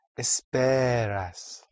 esperas